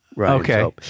Okay